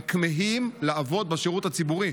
הם כמהים לעבוד בשירות הציבורי.